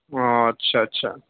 او اچھا اچھا